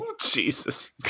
Jesus